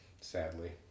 sadly